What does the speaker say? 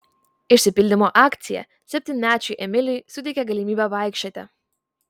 išsipildymo akcija septynmečiui emiliui suteikė galimybę vaikščioti